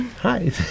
hi